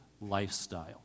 lifestyle